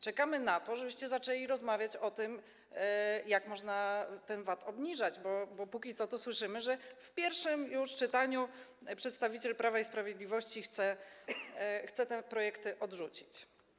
Czekamy na to, żebyście zaczęli rozmawiać o tym, jak można ten VAT obniżać, bo póki co słyszymy, że już w pierwszym czytaniu przedstawiciel Prawa i Sprawiedliwości chce te projekty odrzucić.